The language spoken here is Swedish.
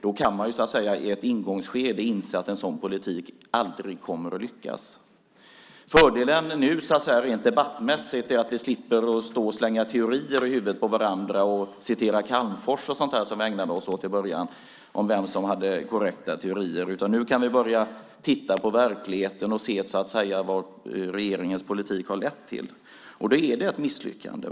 Då kan man i ett ingångsskede inse att en sådan politik aldrig kommer att lyckas. Fördelen nu rent debattmässigt är att vi slipper att slå teorier i huvudet på varandra och citera Calmfors, som vi ägnade oss åt i början, om vem som hade korrekta teorier. Nu kan vi börja titta på verkligheten och se vad regeringens politik har lett till. Det är ett misslyckande.